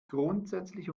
grundsätzlich